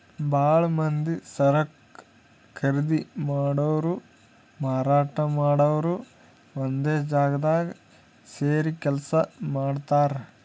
ಭಾಳ್ ಮಂದಿ ಸರಕ್ ಖರೀದಿ ಮಾಡೋರು ಮಾರಾಟ್ ಮಾಡೋರು ಒಂದೇ ಜಾಗ್ದಾಗ್ ಸೇರಿ ಕೆಲ್ಸ ಮಾಡ್ತಾರ್